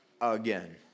again